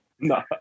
No